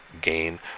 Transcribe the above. game